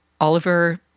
Oliver